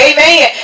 Amen